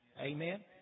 amen